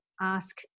ask